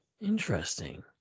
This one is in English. Interesting